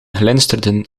glinsterden